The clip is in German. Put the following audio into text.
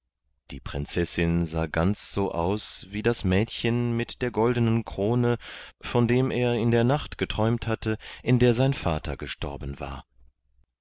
die prinzessin sah ganz so aus wie das schöne mädchen mit der goldenen krone von dem er in der nacht geträumt hatte in der sein vater gestorben war